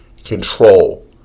control